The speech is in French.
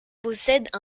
possède